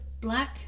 black